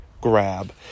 grab